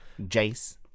Jace